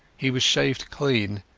he was shaved clean,